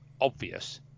obvious